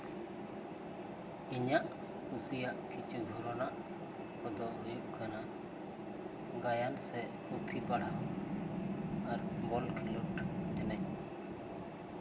ᱤᱧᱟᱹᱜ ᱠᱩᱥᱤᱭᱟᱜ ᱠᱤᱪᱷᱩ ᱫᱷᱚᱨᱚᱱᱟᱜ ᱠᱚᱫᱚ ᱦᱩᱭᱩᱜ ᱠᱟᱱᱟ ᱜᱟᱭᱟᱱ ᱥᱮ ᱯᱩᱛᱷᱤ ᱯᱟᱲᱦᱟᱣ ᱟᱨ ᱵᱚᱞ ᱠᱷᱮᱞᱳᱰ ᱮᱱᱮᱡ